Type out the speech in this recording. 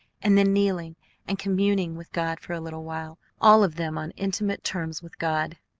and then kneeling and communing with god for a little while, all of them on intimate terms with god.